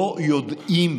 לא יודעים